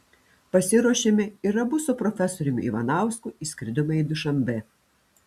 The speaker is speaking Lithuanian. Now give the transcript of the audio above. pasiruošėme ir abu su profesoriumi ivanausku išskridome į dušanbę